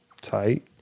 tight